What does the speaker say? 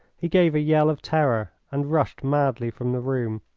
he gave a yell of terror and rushed madly from the room.